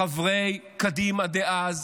חברי קדימה דאז